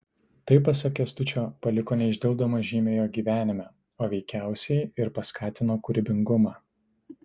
tai pasak kęstučio paliko neišdildomą žymę jo gyvenime o veikiausiai ir paskatino kūrybingumą